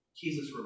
Jesus